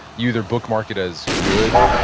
you either bookmark it as good,